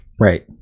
Right